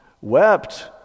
wept